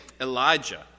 Elijah